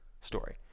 story